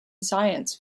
science